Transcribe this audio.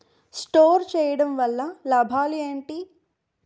Store చేయడం వల్ల లాభాలు ఏంటి?